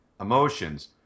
emotions